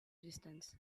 distance